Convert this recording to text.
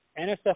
NSF